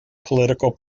political